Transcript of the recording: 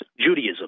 Judaism